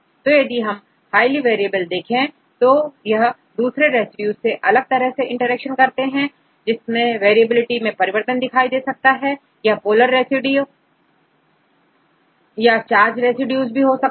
तो यदि आप हाईली वेरिएबल देखें तो यह यह दूसरे रेसिड्यूज के साथ अलग तरह से इंटरेक्शन करते हैं जिससे वेरी एबिलिटी में परिवर्तन दिखाई दे सकता है यह पोलर रेसिड्यू या चार्ज रेसिड्यू भी हो सकते हैं